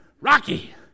Rocky